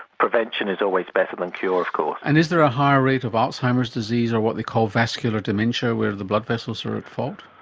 prevention is always better than cure, of course. and is there a higher rate of alzheimer's disease or what they call vascular dementia where the blood vessels are at fault?